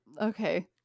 Okay